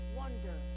wonder